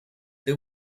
they